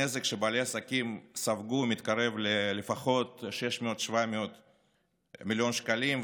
הנזק שבעלי עסקים ספגו מתקרב לפחות ל-700-600 מיליון שקלים,